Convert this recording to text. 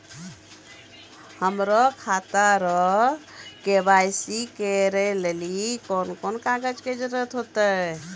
हमरो खाता रो के.वाई.सी करै लेली कोन कोन कागज के जरुरत होतै?